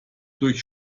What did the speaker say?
durch